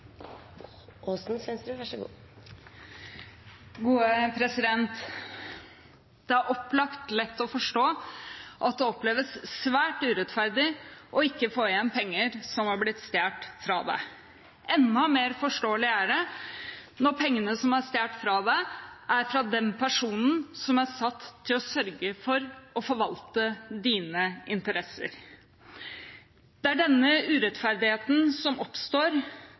opplagt lett å forstå at det oppleves svært urettferdig ikke å få igjen penger som er blitt stjålet fra en. Enda mer forståelig er det når pengene som er stjålet, er fra den personen som er satt til å sørge for å forvalte ens interesser. Det er denne urettferdigheten som oppstår